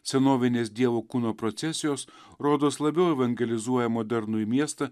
senovinės dievo kūno procesijos rodos labiau evangelizuoja modernųjį miestą